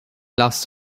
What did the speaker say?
lost